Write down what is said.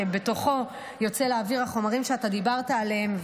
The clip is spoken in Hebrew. שבתוכו יוצאים לאוויר החומרים שאתה דיברת עליהם,